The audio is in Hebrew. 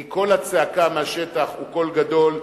כי קול הצעקה מהשטח הוא קול גדול,